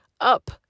up